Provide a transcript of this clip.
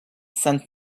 sent